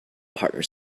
partner